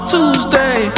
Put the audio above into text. Tuesday